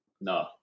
No